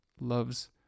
love's